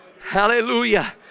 Hallelujah